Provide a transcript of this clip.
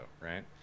right